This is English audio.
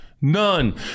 None